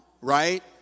right